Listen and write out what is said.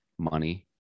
money